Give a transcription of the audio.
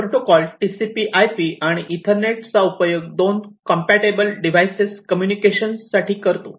हा protocol TCPIP आणि ethernet चा उपयोग 2 कॉम्पॅटिबल डिवाइस कम्युनिकेशन साठी करतो